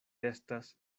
estas